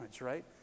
right